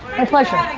my pleasure.